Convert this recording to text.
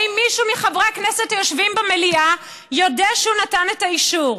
האם מישהו מחברי הכנסת שיושבים במליאה יודה שהוא נתן את האישור?